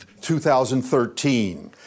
2013